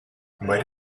might